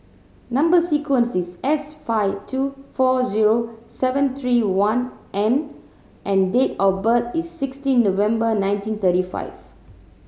number sequence is S five two four zero seven three one N and date of birth is sixteen November nineteen thirty five